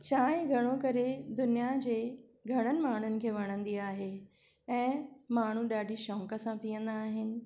चांहि घणो करे दुनिया जे घणनि माण्हुनि खे वणंदी आहे ऐं माण्हू ॾाढी शौक़ु सां पीअंदा आहिनि